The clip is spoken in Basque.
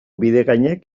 bidegainek